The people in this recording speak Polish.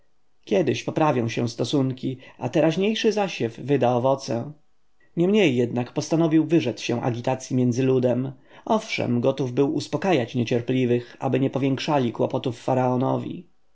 kiedyś poprawią się stosunki a teraźniejszy zasiew wyda owoce niemniej jednak postanowił wyrzec się agitacji między ludem owszem gotów był uspakajać niecierpliwych aby nie powiększali kłopotów faraonowi